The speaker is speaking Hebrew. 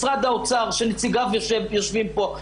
משרד האוצר, שנציגיו יושבים פה.